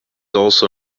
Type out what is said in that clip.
also